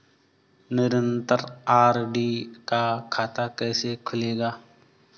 निरन्तर आर.डी का खाता कैसे खुलेगा?